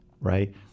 right